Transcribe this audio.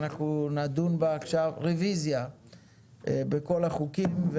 רוויזיה בכל החוקים,